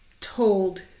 told